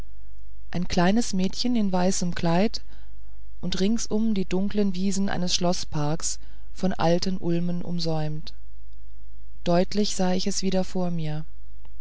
ein kleines mädchen in weißem kleid und ringsum die dunkle wiese eines schloßparks von alten ulmen umsäumt deutlich sah ich es wieder vor mir